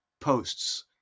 posts